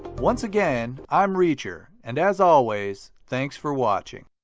once again, i'm reacher. and as always, thanks for watching.